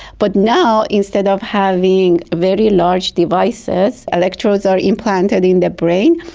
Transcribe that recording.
but now instead of having very large devices, electrodes are implanted in the brain,